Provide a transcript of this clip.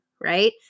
right